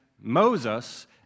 Moses